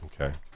Okay